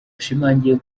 yashimangiye